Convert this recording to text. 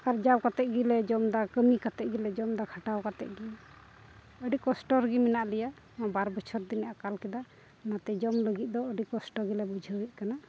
ᱟᱨᱡᱟᱣ ᱠᱟᱛᱮ ᱜᱮᱞᱮ ᱡᱚᱢᱫᱟ ᱠᱟᱹᱢᱤ ᱠᱟᱛᱮ ᱜᱮᱞᱮ ᱡᱚᱢᱫᱟ ᱠᱷᱟᱴᱟᱣ ᱠᱟᱛᱮ ᱜᱮ ᱟᱹᱰᱤ ᱠᱚᱥᱴᱚ ᱨᱮᱜᱮ ᱢᱮᱱᱟᱜ ᱞᱮᱭᱟ ᱵᱟᱨ ᱵᱚᱪᱷᱚᱨ ᱫᱤᱱᱮ ᱟᱠᱟᱞ ᱠᱮᱫᱟ ᱱᱟᱛᱮ ᱡᱚᱢ ᱞᱟᱹᱜᱤᱫ ᱫᱚ ᱟᱹᱰᱤ ᱠᱚᱥᱴᱚ ᱜᱮᱞᱮ ᱵᱩᱡᱷᱟᱹᱣᱮᱫ ᱠᱟᱱᱟ